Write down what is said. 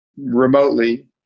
remotely